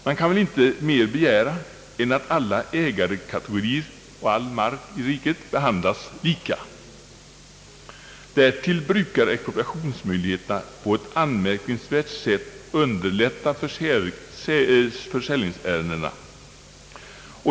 Man kan väl inte mer begära än att alla ägarkategorier och all mark i riket behandlas lika. Därtill brukar expropriationsmöjligheterna på ett anmärkningsvärt sätt underlätta försäljningsärendena.